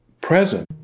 present